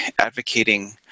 advocating